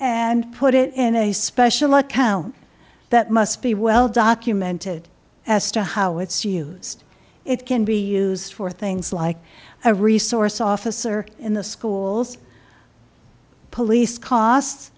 and put it in a special account that must be well documented as to how it's used it can be used for things like a resource officer in the schools police costs